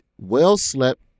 well-slept